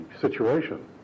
situation